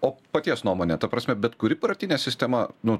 o paties nuomone ta prasme bet kuri partinė sistema nu